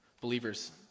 Believers